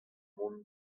mont